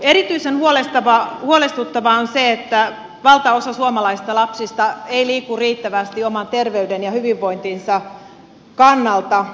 erityisen huolestuttavaa on se että valtaosa suomalaisista lapsista ei liiku riittävästi oman terveytensä ja hyvinvointinsa kannalta